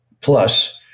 Plus